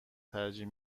ترجیح